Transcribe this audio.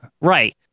Right